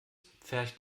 pfercht